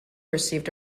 received